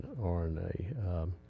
RNA